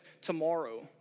tomorrow